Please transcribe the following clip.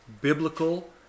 biblical